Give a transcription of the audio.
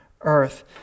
earth